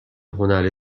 هنر